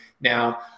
now